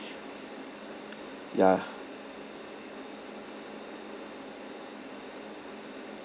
ya